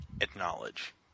acknowledge